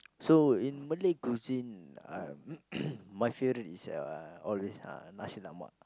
so in Malay cuisine uh my favourite is uh always uh nasi-lemak